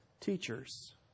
teachers